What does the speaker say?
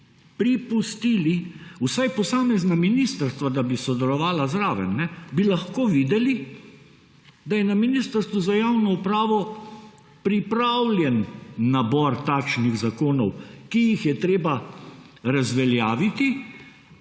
pripustili vsaj posamezna ministrstva, da bi sodelovala zraven, bi lahko videli, da je na Ministrstvu za javno upravo pripravljen nabor takšnih zakonov, ki jih je treba razveljaviti,